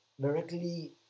directly